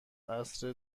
عصر